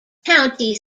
county